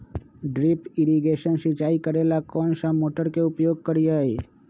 Drip irrigation सिंचाई करेला कौन सा मोटर के उपयोग करियई?